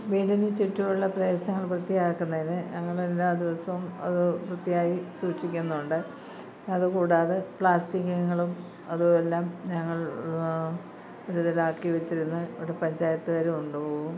വീടിനു ചുറ്റുമുള്ള പരിസരം വൃത്തിയാക്കുന്നതിന് ഞങൾ എല്ലാ ദിവസവും അത് വൃത്തിയായി സൂക്ഷിക്കുന്നുണ്ട് അത് കൂടാതെ പ്ലാസ്റ്റിക്കുകളും അത് എല്ലാം ഞങൾ ഒരു ഇതില് ആക്കിവെച്ചിരുന്ന് ഇവിടെ പഞ്ചായത്തുകാര് കൊണ്ടുപോകും